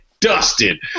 dusted